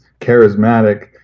Charismatic